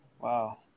wow